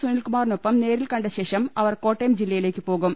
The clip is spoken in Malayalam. സുനിൽകുമാറിനൊപ്പം നേരിൽകണ്ട ശേഷം അവർ കോട്ടയം ജില്ലയിലേക്ക് പോകും